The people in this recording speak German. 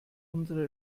unsere